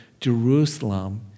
Jerusalem